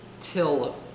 till